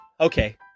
okay